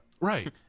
Right